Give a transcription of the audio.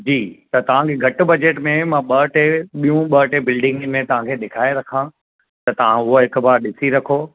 जी त तव्हांखे घटि बजट में मां ॿ टे ॿियूं ॿ टे बिल्डिंग में तव्हांखे ॾेखाए रखा त तव्हां उहो हिकु बार ॾिसी रखो